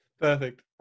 Perfect